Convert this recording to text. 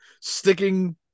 sticking